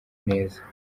neza